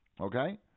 Okay